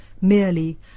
merely